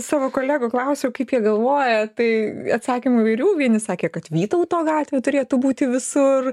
savo kolegų klausiau kaip jie galvoja tai atsakymų įvairių vieni sakė kad vytauto gatvė turėtų būti visur